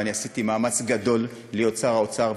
ואני עשיתי מאמץ גדול להיות שר אוצר,